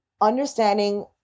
understanding